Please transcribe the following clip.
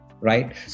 right